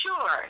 Sure